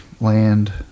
land